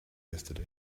yesterday